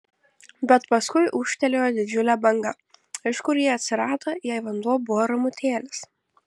bet paskui ūžtelėjo didžiulė banga iš kur ji atsirado jei vanduo buvo ramutėlis